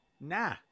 Nah